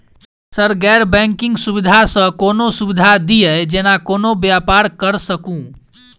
Sir गैर banking सुविधा सँ कोनों सुविधा दिए जेना कोनो व्यापार करऽ सकु?